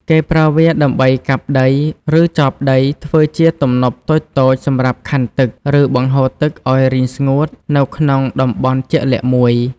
គេប្រើវាដើម្បីកាប់ដី ឬចបដីធ្វើជាទំនប់តូចៗសម្រាប់ខណ្ឌទឹក ឬបង្ហូរទឹកឲ្យរីងស្ងួតនៅក្នុងតំបន់ជាក់លាក់មួយ។